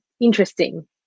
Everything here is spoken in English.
interesting